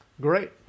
Great